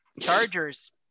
Chargers